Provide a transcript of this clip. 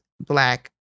black